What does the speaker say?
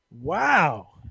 Wow